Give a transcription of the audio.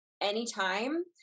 anytime